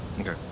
Okay